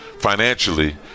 financially